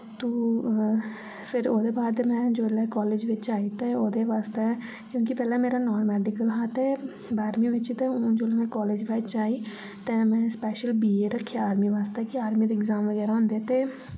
तु फिर ओह्दे बाद जोल्लै में कालेज बिच्च आई ते औह्दे वास्तै क्युंकी पैह्लै मेरा नान मेडिकल हा ते बारमी बिच्च ते हून जोल्लै में कालेज बिच्च आई ते में स्पेशल बी ए रक्खेआ आर्मी वास्तै की आर्मी दे एग्जाम बगैरा होंदे ते